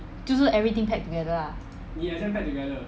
就是 everything pack together lah